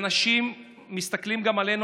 אנשים מסתכלים גם עלינו,